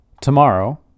tomorrow